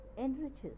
enriches